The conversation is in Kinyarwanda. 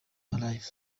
live